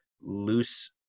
loose